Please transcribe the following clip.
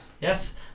Yes